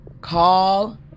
call